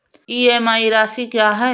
EMI राशि क्या है?